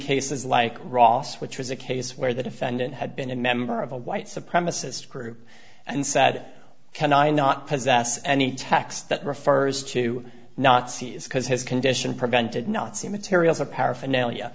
cases like ross which was a case where the defendant had been a member of a white supremacist group and said can i not possess any text that refers to nazis because his condition prevented nazi materials or paraphernalia